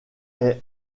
est